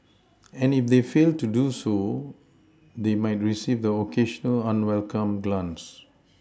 and if they fail to do so they might receive the occasional unwelcome glance